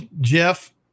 Jeff –